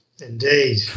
Indeed